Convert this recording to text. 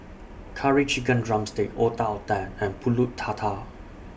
Curry Chicken Drumstick Otak Otak and Pulut Tatal